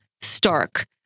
stark